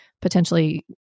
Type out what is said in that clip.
potentially